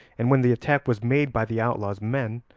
and when the attack was made by the outlaw's men,